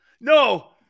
No